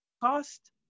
cost